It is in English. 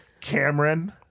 cameron